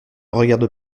regarde